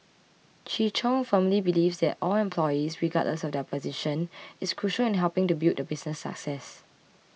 Chi Chung firmly believes that all employees regardless of their position is crucial in helping to build the business success